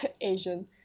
Asian